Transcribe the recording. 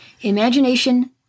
imagination